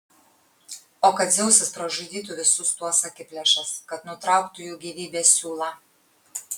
o kad dzeusas pražudytų visus tuos akiplėšas kad nutrauktų jų gyvybės siūlą